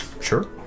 Sure